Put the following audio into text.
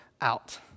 out